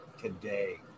today